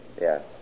Yes